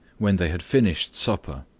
when they had finished supper,